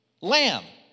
Lamb